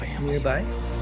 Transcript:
nearby